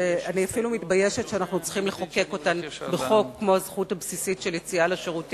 ואני מתביישת שהגענו למצב שיש צורך